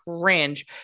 cringe